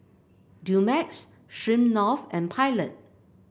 Dumex Smirnoff and Pilot